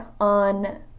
on